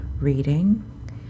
reading